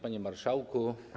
Panie Marszałku!